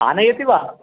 आनयति वा